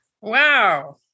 Wow